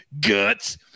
guts